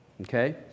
Okay